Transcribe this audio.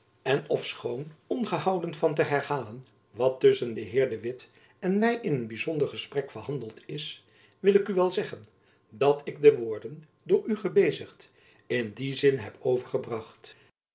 en ofschoon ongehouden van te herhalen wat tusschen den heer de witt en my in een byzonder gesprek verhandeld is wil ik u wel zeggen dat ik de woorden door u gebezigd in dien zin heb overgebracht